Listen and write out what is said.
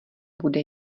bude